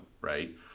right